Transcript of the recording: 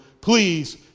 please